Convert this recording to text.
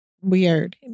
weird